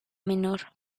menor